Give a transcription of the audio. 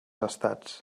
estats